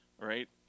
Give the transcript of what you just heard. right